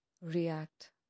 react